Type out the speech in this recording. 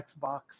Xbox